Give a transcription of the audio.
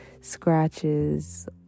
scratches